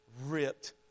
ripped